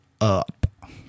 up